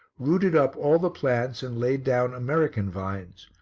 rooted up all the plants and laid down american vines,